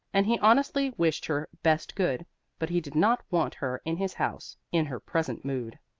and he honestly wished her best good but he did not want her in his house in her present mood.